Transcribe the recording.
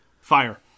Fire